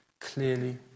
clearly